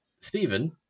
Stephen